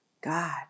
God